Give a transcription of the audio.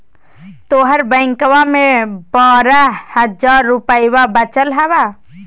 तोहर बैंकवा मे बारह हज़ार रूपयवा वचल हवब